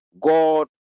God